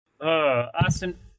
Austin